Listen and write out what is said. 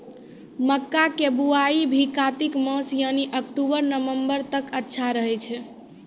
मक्का के बुआई भी कातिक मास यानी अक्टूबर नवंबर तक अच्छा रहय छै